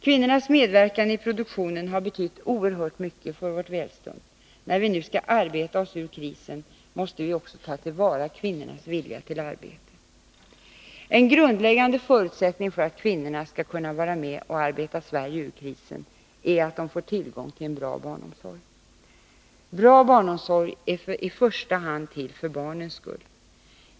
Kvinnornas medverkan i produktionen har betytt oerhört mycket för vårt välstånd. När vi nu skall arbeta oss ur krisen måste vi ta till vara också kvinnornas vilja till arbete. En grundläggande förutsättning för att kvinnorna skall kunna vara med och arbeta Sverige ur krisen är att de får tillgång till en bra barnomsorg. Bra barnomsorg är i första hand till för barnens skull.